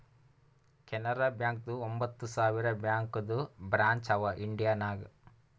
ಕೆನರಾ ಬ್ಯಾಂಕ್ದು ಒಂಬತ್ ಸಾವಿರ ಬ್ಯಾಂಕದು ಬ್ರ್ಯಾಂಚ್ ಅವಾ ಇಂಡಿಯಾ ನಾಗ್